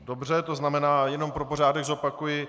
Dobře, to znamená, jenom pro pořádek zopakuji.